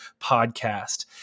podcast